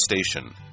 station